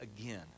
again